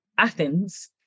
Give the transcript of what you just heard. Athens